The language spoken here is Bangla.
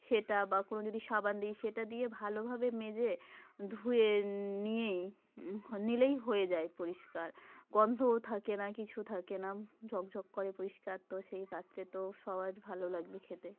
সেটা বা কোনো যদি সাবান দিই সেটা দিয়ে ভালোভাবে মেজে ধুয়ে নিয়েই নিলেই হয়ে যায় পরিষ্কার গন্ধও থাকে না কিছু থাকে না ঝকঝক করে পরিষ্কার তো সেই পাত্রে তো সবার ভালো লাগবে খেতে